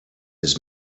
his